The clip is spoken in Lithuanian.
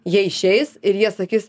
jie išeis ir jie sakys